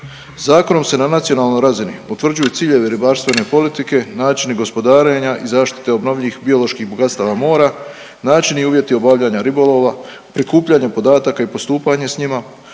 Zakonom se na nacionalnoj razini utvrđuju ciljevi ribarstvene politike, načini gospodarenja i zaštite obnovljivih bioloških bogatstava mora, načini i uvjeti obavljanja ribolova, prikupljanje podataka i postupanje s njima,